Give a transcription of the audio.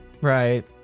Right